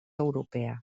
europea